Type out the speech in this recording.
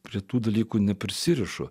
prie tų dalykų neprisirišu